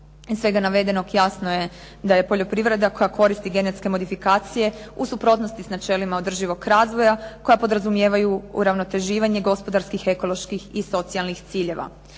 svega navedenog jasno je da je poljoprivreda koja koristi genetske modifikacije u suprotnosti s načelima održivog razvoja koja podrazumijevaju uravnoteživanje gospodarskih, ekoloških i socijalnih ciljeva.